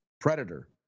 Predator